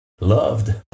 loved